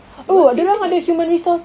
dorang take in like